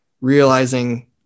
realizing